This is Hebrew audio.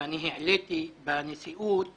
העליתי בנשיאות